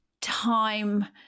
time